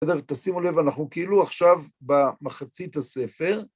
בסדר, תשימו לב, אנחנו כאילו עכשיו במחצית הספר.